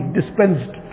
dispensed